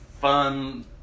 fun